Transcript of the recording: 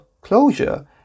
closure